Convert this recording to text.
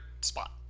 spot